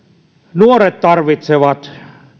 nuoret